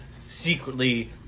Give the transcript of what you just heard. secretly